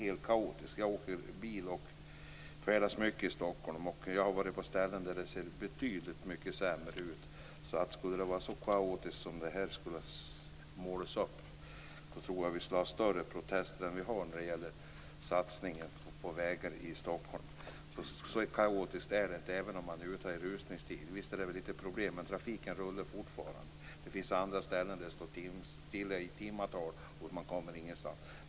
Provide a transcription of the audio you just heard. Jag åker bil och färdas mycket i Stockholm. Jag har varit på ställen där det ser betydligt sämre ut. Skulle trafiken vara så kaotisk som den här målas upp skulle det nog vara större protester mot satsningen på vägar i Stockholm. Så kaotisk är den inte, inte ens vid rusningstid. Visst är det litet problem, men trafiken rullar fortfarande. Det finns andra ställen där trafiken står stilla i timtal, och man kommer ingenvart.